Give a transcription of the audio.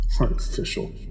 artificial